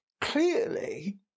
clearly